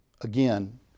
again